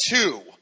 two